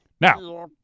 Now